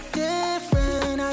different